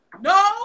no